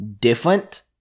different